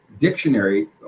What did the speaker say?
dictionary